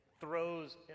throws